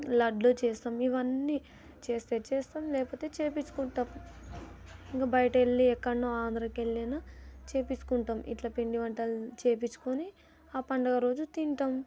లడ్డూ చేస్తాం ఇవన్నీ చేస్తే చేస్తాం లేపోతే చేపించుకుంటాం ఇంకా బయటెల్లి ఎక్కడనో ఆంధ్రాకు వెళ్ళైనా చేపించుకుంటాం ఇట్లా పిండి వంటలు చేయించుకొని ఆ పండుగ రోజు తింటాం